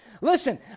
Listen